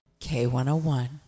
K101